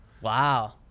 Wow